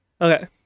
Okay